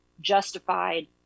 justified